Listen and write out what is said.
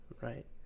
right